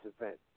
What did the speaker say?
event